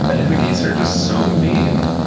canada geese are just so mean.